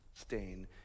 stain